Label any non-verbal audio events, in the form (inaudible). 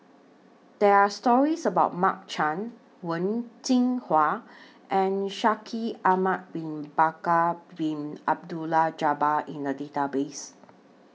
There Are stories about Mark Chan Wen Jinhua (noise) and Shaikh Ahmad Bin Bakar Bin Abdullah Jabbar in The Database